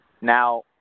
Now